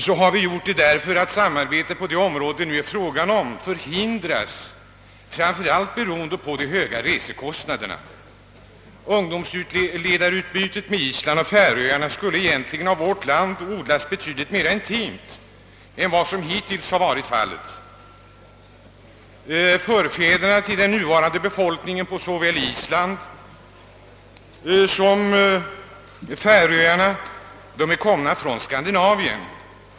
Vi har gjort det för att samarbete på det område det nu är fråga om förhindras, framför allt på grund av de höga resekostnaderna. Ungdomsledarutbytet med Island och Färöarna skulle egentligen av vårt land odlas mera intimt än som hittills varit fallet. Förfäderna till den nuvarande befolkningen på såväl Island som Färöarna är komna från Skandinavien.